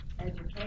education